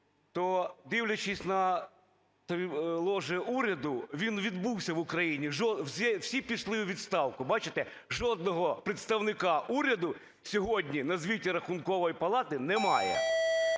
то, дивлячись на ложу уряду, він відбувся в Україні – всі пішли у відставку. Бачите, жодного представника уряду сьогодні на звіті Рахункової палати немає.